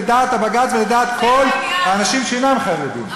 לדעת הבג"ץ ולדעת כל האנשים שאינם חרדים.